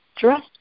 dressed